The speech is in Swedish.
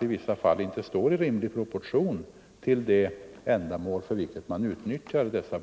i vissa fall inte står i rimlig proportion till det ändamål, för vilket båtarna utnyttjas.